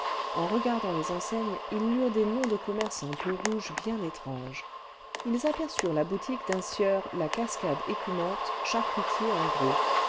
en regardant les enseignes ils lurent des noms decommerçants peaux-rouges bien étranges ils aperçurent la boutique d'un sieur la cascade écumante charcutier en gros